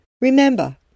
Remember